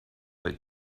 that